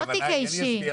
לא התיק האישי, אני אסביר.